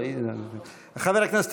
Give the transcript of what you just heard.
חבר הכנסת